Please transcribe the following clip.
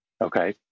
okay